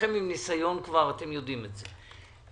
כולכם עם ניסיון כבר, אתם יודעים את זה.